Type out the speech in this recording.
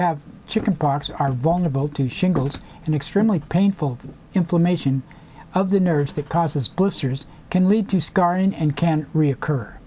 have chicken pox are vulnerable to shingles an extremely painful inflammation of the nerves that causes blisters can lead to scarring and can reoccur